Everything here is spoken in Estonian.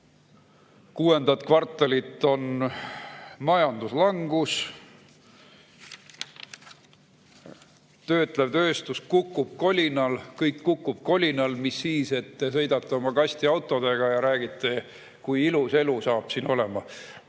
kuuendat kvartalit on majanduslangus, töötlev tööstus kukub kolinal, kõik kukub kolinal, mis siis, et te sõidate oma kastiautodega ja räägite, kui ilus saab elu siin olema.